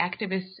activists